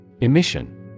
Emission